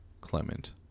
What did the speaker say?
Clement